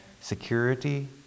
security